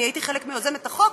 אני הייתי חלק מיוזמי החוק,